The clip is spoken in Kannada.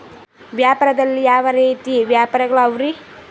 ವ್ಯಾಪಾರದಲ್ಲಿ ಯಾವ ರೇತಿ ವ್ಯಾಪಾರಗಳು ಅವರಿ?